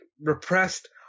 repressed